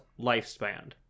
lifespan